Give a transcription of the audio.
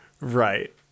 Right